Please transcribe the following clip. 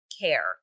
care